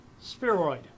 spheroid